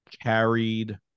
carried